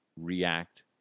react